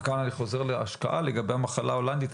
וכאן אני חוזר על ההשקעה לגבי המחלה ההולנדית,